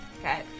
Okay